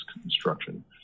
construction